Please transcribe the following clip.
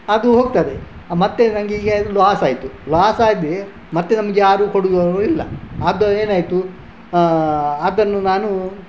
ಅದು ಹೋಗ್ತದೆ ಮತ್ತು ನನಗೆ ಈಗ ಲಾಸಾಯಿತು ಲಾಸಾಗಿ ಮತ್ತು ನಮಗೆ ಯಾರೂ ಕೊಡುವವರಿಲ್ಲ ಅದು ಏನಾಯಿತು ಅದನ್ನು ನಾನು